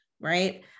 right